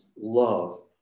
love